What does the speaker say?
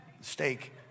steak